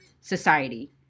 society